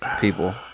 people